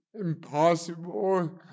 impossible